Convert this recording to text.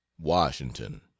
Washington